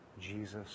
Jesus